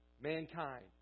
Mankind